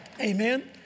Amen